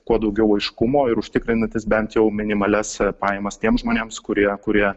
kuo daugiau aiškumo ir užtikrinantis bent jau minimalias pajamas tiems žmonėms kurie kurie